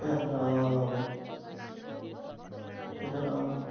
ٹھٕہرِو